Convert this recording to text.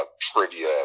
trivia